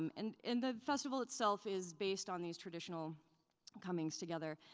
um and and the festival itself is based on these traditional comings together.